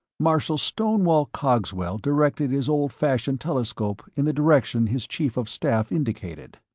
marshal stonewall cogswell directed his old fashioned telescope in the direction his chief of staff indicated.